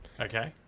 Okay